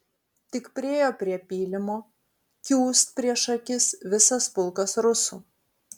tik priėjo prie pylimo kiūst prieš akis visas pulkas rusų